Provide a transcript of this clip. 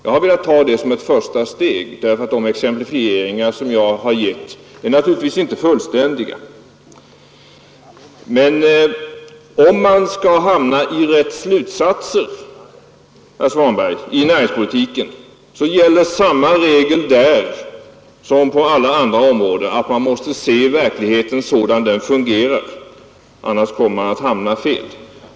Jag har velat ta det som ett första steg, därför att de exemplifieringar jag har gjort i motionen är naturligtvis inte fullständiga. För att komma till rätt slutsats beträffande näringspolitiken, herr Svanberg, gäller samma regel som på andra områden, nämligen att man måste se verkligheten sådan den fungerar. Annars hamnar man fel.